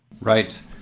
Right